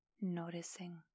noticing